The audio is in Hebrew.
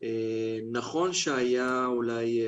- נכון שאולי היה